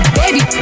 baby